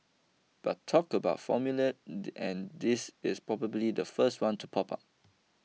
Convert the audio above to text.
but talk about formulae the and this is probably the first one to pop up